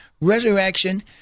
resurrection